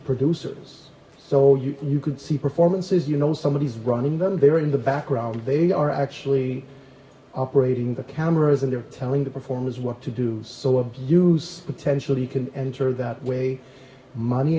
producers so you could see performances you know somebody's running them there in the background they are actually operating the cameras and they're telling the performers what to do so abuse potential you can enter that way money